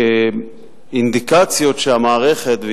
כאינדיקציות לכך שהמערכת,